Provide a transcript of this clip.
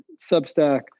Substack